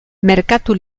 merkatu